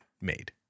made